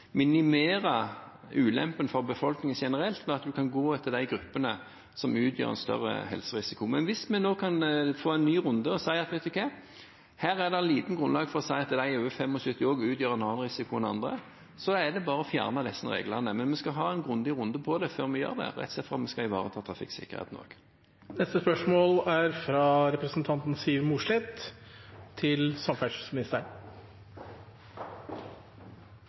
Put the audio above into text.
minimere ulempen for befolkningen generelt ved at man kan gå etter de gruppene som utgjør en større helserisiko. Hvis vi nå kan få en ny runde og si at her er det lite grunnlag for at de over 75 år utgjør en større risiko enn andre, så er det bare å fjerne disse reglene. Men vi skal ha en grundig runde på det før vi gjør det, rett og slett fordi vi skal ivareta trafikksikkerheten også. «På Værøy i Nordland er det som kjent helikopter og ferje som er alternativene for å komme seg til